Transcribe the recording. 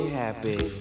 happy